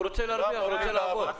הוא רוצה להרוויח, הוא רוצה לעבוד.